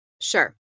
Sure